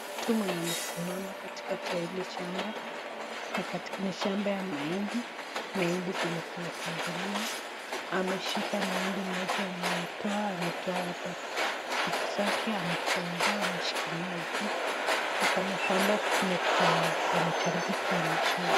Mtu mwenye amesimama katikati ya ile shamba. Ni shamba ya mahindi, mahindi zenye zimefunguliwa. Ameshika mahindi moja yenye ametoa, ametoa hata vitu zake amefungua, ameshikilia juu. Ni kama kwamba kuna kitu yenye inajaribu kuonyesha.